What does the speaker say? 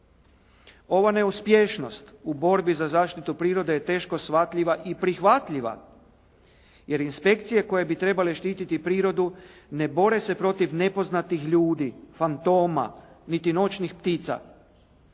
Ova neuspješnost u borbi za zaštitu prirode je teško shvatljiva i prihvatljiva, jer inspekcije koje bi trebale štititi prirodu, ne bore se protiv nepoznatih ljudi, fantoma, niti noćnih ptica.